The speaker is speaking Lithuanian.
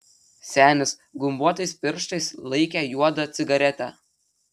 senis gumbuotais pirštais laikė juodą cigaretę